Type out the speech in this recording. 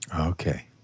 Okay